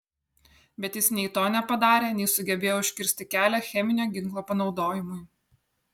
bet jis nei to nepadarė nei sugebėjo užkirsti kelią cheminio ginklo panaudojimui